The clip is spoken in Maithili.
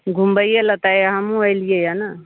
घूमबैयै लऽ तऽ हमहुँ एलिऐ हँ ने